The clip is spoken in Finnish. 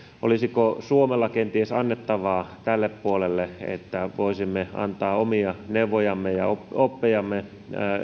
olisiko suomella kenties annettavaa tälle puolelle että voisimme antaa omia neuvojamme ja oppejamme